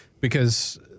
because-